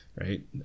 right